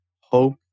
hope